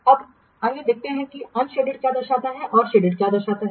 अब आइए देखें कि अंशएडेडक्या दर्शाता है और शेडेड भाग क्या दर्शाता है